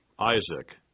Isaac